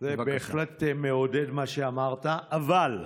זה בהחלט מעודד מה שאמרת, אבל,